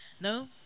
no